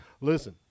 listen